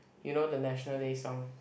you know the National Day Song